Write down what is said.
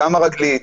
גם הרגלית,